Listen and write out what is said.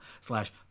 slash